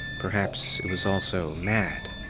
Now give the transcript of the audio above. perhaps it was also mad?